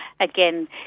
Again